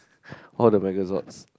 all the Megazords